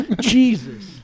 Jesus